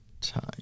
Time